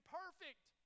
perfect